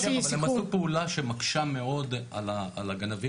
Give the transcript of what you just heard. הם עשו פעולה שמקשה מאוד על הגנבים